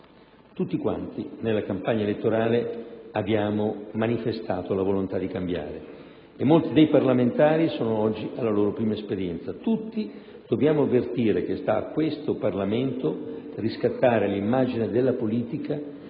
ceto politico. Nella campagna elettorale abbiamo manifestato tutti la volontà di cambiare e molti dei parlamentari sono oggi alla loro prima esperienza; tutti dobbiamo avvertire che sta a questo Parlamento riscattare l'immagine della politica